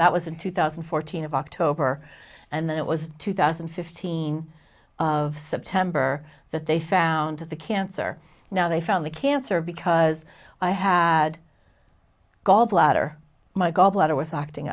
that was in two thousand and fourteen of october and then it was two thousand and fifteen of september that they found the cancer now they found the cancer because i had gall bladder my gall bladder was acting